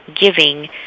giving